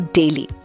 daily